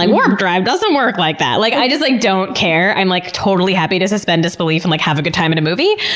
warp drive doesn't work like that! like i just like don't care. i'm like totally happy to suspend disbelief and like have a good time at a movie.